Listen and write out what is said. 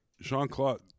Jean-Claude